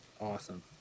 Awesome